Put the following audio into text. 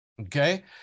Okay